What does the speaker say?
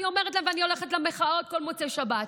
אני הולכת למחאות בכל מוצאי שבת,